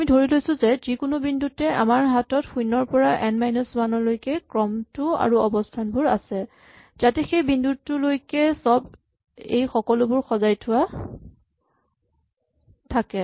আমি ধৰি লৈছো যে যিকোনো বিন্দুতে আমাৰ হাতত শূণ্যৰ পৰা এন মাইনাচ ৱান লৈকে ক্ৰমটো আৰু অৱস্হানবোৰ আছে যাতে সেই বিন্দুটোলৈকে চব এই সকলোবোৰ সজাই থোৱা থাকে